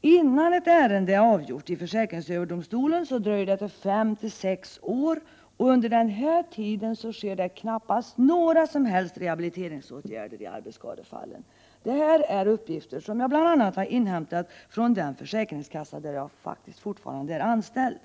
Innan ett ärende är avgjort i försäkringsöverdomstolen dröjer det fem till sex år, och under denna tid sker knappast några rehabiliteringsåtgärder i arbetsskadefallen. Detta är uppgifter som jag har inhämtat bl.a. från den försäkringskassa där jag fortfarande är anställd.